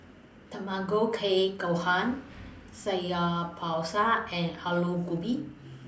Tamago Kake Gohan Samgyeopsal and Alu Gobi